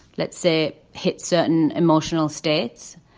let's say, hit certain emotional states.